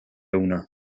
una